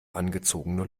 angezogene